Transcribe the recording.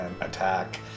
attack